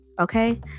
Okay